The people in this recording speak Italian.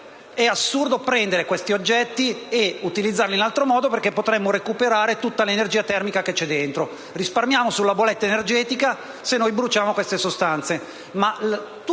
è assurdo prendere questi oggetti ed utilizzarli in altro modo, perché potremmo recuperare tutta l'energia termica che c'è dentro: risparmiamo sulla bolletta energetica se bruciamo queste sostanze.